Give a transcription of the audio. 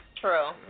True